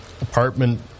apartment